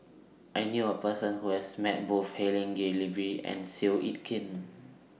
I knew A Person Who has Met Both Helen Gilbey and Seow Yit Kin